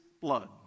blood